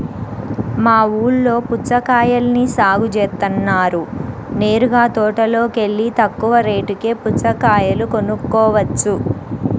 మా ఊల్లో పుచ్చకాయల్ని సాగు జేత్తన్నారు నేరుగా తోటలోకెల్లి తక్కువ రేటుకే పుచ్చకాయలు కొనుక్కోవచ్చు